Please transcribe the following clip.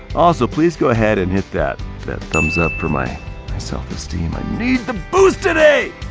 also, please go ahead and hit that that thumbs up for my self-esteem. i need the boost today.